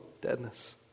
deadness